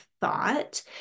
thought